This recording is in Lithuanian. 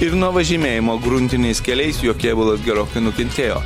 ir nuo važinėjimo gruntiniais keliais jo kėbulas gerokai nukentėjo